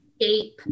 escape